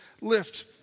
lift